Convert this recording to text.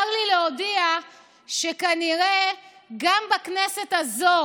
להודיע שכנראה גם בכנסת הזאת